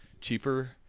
cheaper